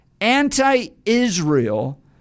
anti-Israel